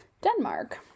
Denmark